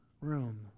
room